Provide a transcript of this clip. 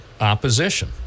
opposition